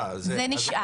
זה נשאר.